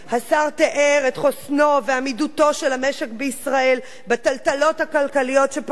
השר תיאר את חוסנו ועמידותו של המשק בישראל בטלטלות הכלכליות שפקדו